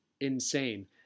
insane